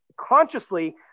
consciously